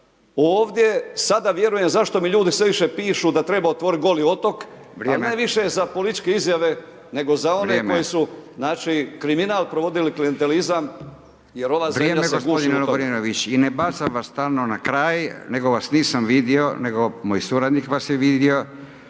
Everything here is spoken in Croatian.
Ovdje sada vjerujem zašto mi ljudi sve više pišu da treba otvoriti Goli otok ali ne više za političke izjave nego za one koji su, znači kriminal provodili klijentelizam jer ova zemlja se guši u tome. **Radin, Furio (Nezavisni)** Vrijeme, vrijeme gospodine Lovrinović i ne bacam vas stalno na kraj nego vas nisam vidio, nego moj suradnik vas je vidio